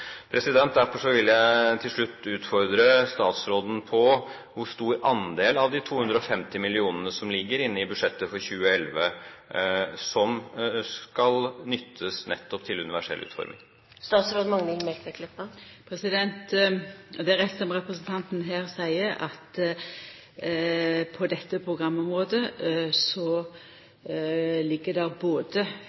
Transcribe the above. Derfor vil jeg til slutt utfordre statsråden på hvor stor andel av de 250 mill. kr som ligger inne i budsjettet for 2011, som skal nyttes nettopp til universell utforming. Det er rett som representanten her seier, at på dette programområdet ligg det både